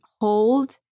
hold